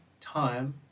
time